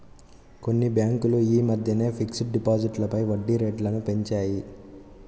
కొన్ని బ్యేంకులు యీ మద్దెనే ఫిక్స్డ్ డిపాజిట్లపై వడ్డీరేట్లను పెంచాయి